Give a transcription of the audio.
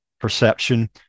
perception